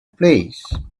place